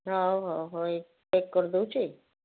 ହଉ ହଉ ହଉ ଏଇ ପ୍ୟାକ୍ କରିଦେଉଛି